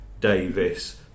Davis